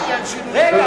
רגע,